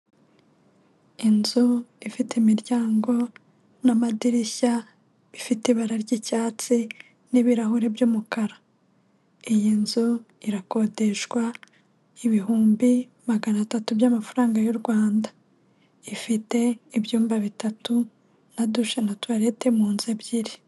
inzu ifite imiryango n'amadirishya ifite ibara ry'icyatsi n'ibirahuri by'umukara, iyi nzu irakodeshwa ibihumbi magana atatu by'amafaranga y'u Rwanda, ifite ibyumba bitatu na dushe na tuwarete mu nzu ebyiri.